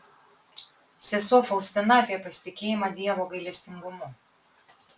sesuo faustina apie pasitikėjimą dievo gailestingumu